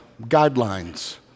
guidelines